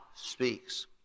speaks